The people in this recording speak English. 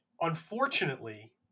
unfortunately